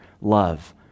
love